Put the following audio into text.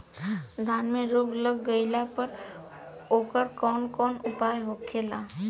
धान में रोग लग गईला पर उकर कवन कवन उपाय होखेला?